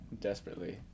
Desperately